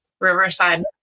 Riverside